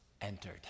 entered